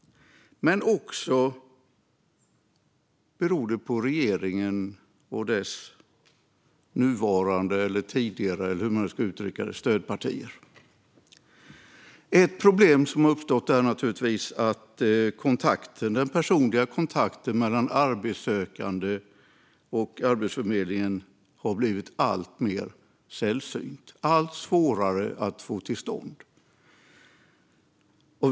Men det beror också på regeringen och dess nuvarande, tidigare, eller hur man nu ska uttrycka det, stödpartier. Ett problem som har uppstått är naturligtvis att den personliga kontakten mellan arbetssökande och Arbetsförmedlingen har blivit alltmer sällsynt och allt svårare att få till stånd.